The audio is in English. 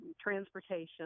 transportation